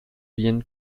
bien